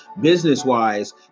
business-wise